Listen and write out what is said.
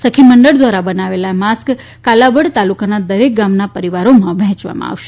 સખીમંડળો દ્વારા બનાવાયેલા માસ્ક કાલાવડ તાલુકાના દરેક ગામના પરિવારોમાં વહેંચવામાં આવશે